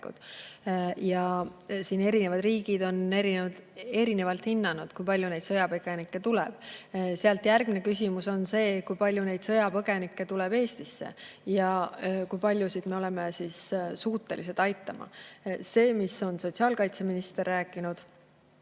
Erinevad riigid on erinevalt hinnanud, kui palju neid sõjapõgenikke tuleb. Sealt edasi järgmine küsimus on see, kui palju neid sõjapõgenikke tuleb Eestisse ja kui paljusid me oleme suutelised aitama. See, mida on sotsiaalkaitseminister rääkinud,